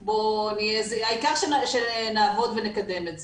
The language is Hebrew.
העיקר שנעבוד ונקדם את זה.